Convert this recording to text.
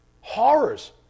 horrors